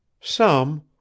Some